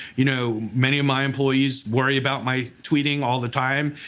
you know, many of my employees worry about my tweeting all the time,